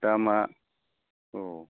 दामा औ